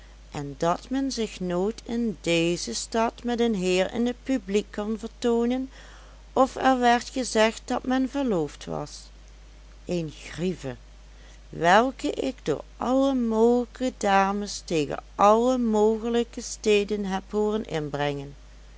en dat men zich nooit in deze stad met een heer in t publiek kon vertoonen of er werd gezegd dat men verloofd was een grieve welke ik door alle mogelijke dames tegen alle mogelijke steden heb hooren inbrengen